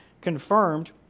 confirmed